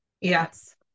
yes